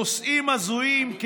נושאים הזויים,